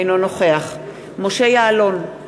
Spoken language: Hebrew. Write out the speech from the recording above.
אינו נוכח משה יעלון,